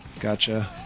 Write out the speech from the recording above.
gotcha